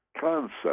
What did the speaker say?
concept